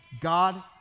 God